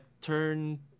turn